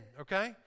okay